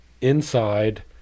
inside